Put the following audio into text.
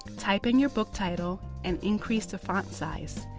type in your book title and increase the font size.